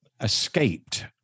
escaped